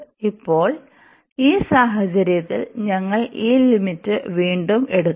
ഇപ്പോൾ ഈ സാഹചര്യത്തിൽ ഞങ്ങൾ ഈ ലിമിറ്റ് വീണ്ടും എടുക്കും